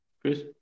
Chris